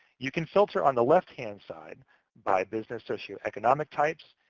you can filter on the left-hand side by business socioeconomic types.